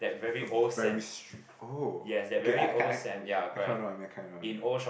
a very st~ oh okay I I kind of know I kind of know what you mean